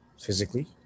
physically